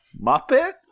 Muppet